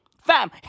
Fam